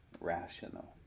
rational